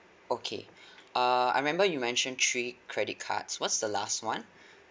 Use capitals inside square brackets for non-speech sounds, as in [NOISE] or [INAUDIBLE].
okay [BREATH] err I remember you mentioned three credit cards what's the last one